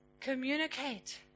communicate